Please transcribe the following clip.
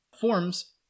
forms